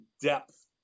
depth